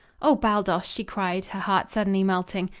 oh, baldos! she cried, her heart suddenly melting.